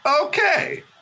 okay